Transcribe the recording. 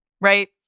right